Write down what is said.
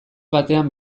batean